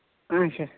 آچھا